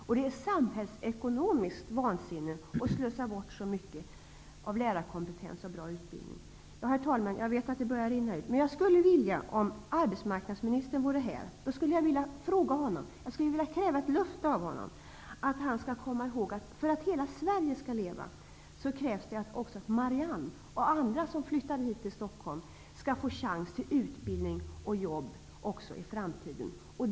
Dessutom är det samhällsekonomiskt vansinnigt att slösa bort så mycket av lärarkompetens och bra utbildning. Herr talman! Taletiden är snart slut. Men jag skulle vilja säga att jag, om arbetsmarknadsministern var här, hade velat avkräva ett löfte av honom. Han måste komma ihåg att det, för att hela Sverige skall leva, krävs att också Marianne och andra som flyttat hit till Stockholm får en chans till utbildning och jobb också i framtiden.